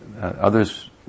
others